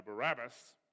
Barabbas